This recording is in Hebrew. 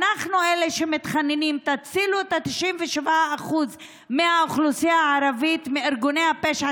אנחנו אלה שמתחננים: תצילו את 97% מהאוכלוסייה הערבית מארגוני הפשע,